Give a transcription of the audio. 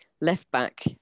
Left-back